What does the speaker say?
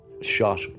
shot